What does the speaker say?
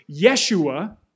Yeshua